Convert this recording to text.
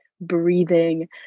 breathing